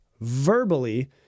verbally